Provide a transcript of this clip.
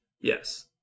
Yes